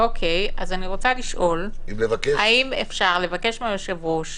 -- אז אני רוצה לשאול אם אפשר לבקש מהיושב-ראש